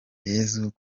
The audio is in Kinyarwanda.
yesu